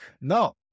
No